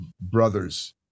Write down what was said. brothers